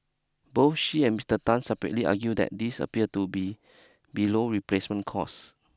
both she and Mister Tan separately argue that this appear to be below replacement cost